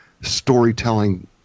storytelling